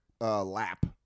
lap